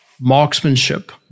marksmanship